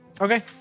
Okay